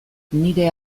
nire